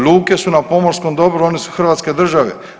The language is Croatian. Luke su na pomorskom dobru one su Hrvatske države.